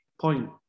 point